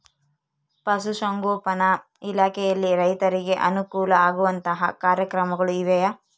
ಪಶುಸಂಗೋಪನಾ ಇಲಾಖೆಯಲ್ಲಿ ರೈತರಿಗೆ ಅನುಕೂಲ ಆಗುವಂತಹ ಕಾರ್ಯಕ್ರಮಗಳು ಇವೆಯಾ?